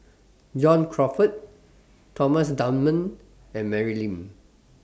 John Crawfurd Thomas Dunman and Mary Lim